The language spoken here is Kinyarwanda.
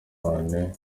none